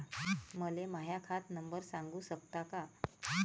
मले माह्या खात नंबर सांगु सकता का?